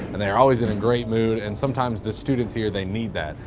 and they're always in a great mood, and sometimes the students here, they need that.